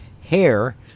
hair